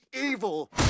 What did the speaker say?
evil